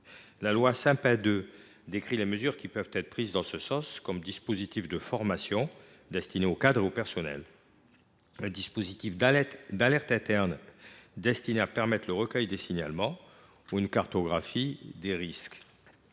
La loi Sapin 2 décrit les mesures qui peuvent être prises en ce sens, comme les dispositifs de formation destinés aux cadres ou aux personnels, le dispositif d’alerte interne destiné à permettre le recueil des signalements ou la cartographie des risques.